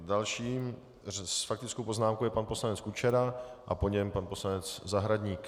Dalším s faktickou poznámkou je pan poslanec Kučera a po něm pan poslanec Zahradník.